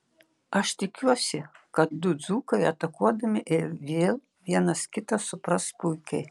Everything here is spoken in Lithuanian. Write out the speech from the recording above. aš tikiuosi kad du dzūkai atakuodami ir vėl vienas kitą supras puikiai